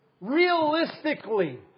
realistically